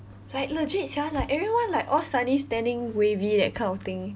like legit sia like everyone like all suddenly stanning wavy that kind of thing